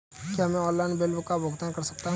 क्या मैं online bill का भुगतान कर सकता हूँ?